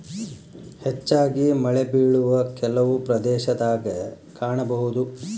ಹೆಚ್ಚಾಗಿ ಮಳೆಬಿಳುವ ಕೆಲವು ಪ್ರದೇಶದಾಗ ಕಾಣಬಹುದ